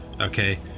okay